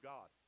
God